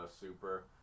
Super